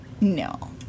no